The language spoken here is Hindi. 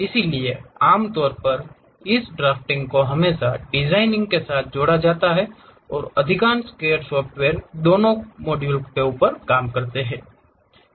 इसलिए आमतौर पर इस ड्राफ्टिंग को हमेशा डिजाइनिंग के साथ जोड़ा जाता है और अधिकांश CAD सॉफ्टवेयर दोनों काम करता है